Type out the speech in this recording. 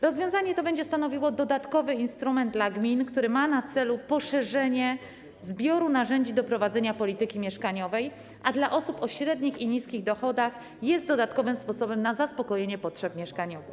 Rozwiązanie to będzie stanowiło dodatkowy instrument dla gmin, który ma na celu powiększenie zbioru narzędzi do prowadzenia polityki mieszkaniowej, a dla osób o średnich i niskich dochodach będzie dodatkowym sposobem na zaspokojenie potrzeb mieszkaniowych.